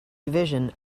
division